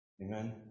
Amen